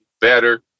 better